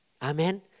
Amen